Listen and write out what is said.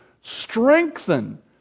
strengthen